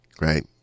right